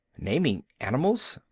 naming animals.